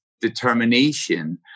determination